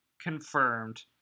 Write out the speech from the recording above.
confirmed